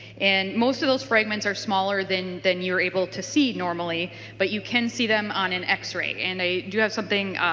and most of those fragments are smaller than than you are able to see normally but you can see them on an x-ray. and they do have something